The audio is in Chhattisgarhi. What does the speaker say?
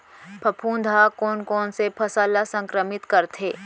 फफूंद ह कोन कोन से फसल ल संक्रमित करथे?